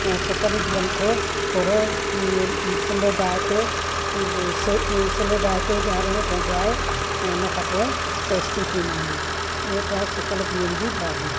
ऐं सुखनि बिहनि खे थोरो सलो बाहि ते सिलो बाहि ते गारणो पवंदो आहे ऐं उनखां पोइ टेस्टी थींदा आहिनि उहे थिया सुखल बिहनि जी भाॼी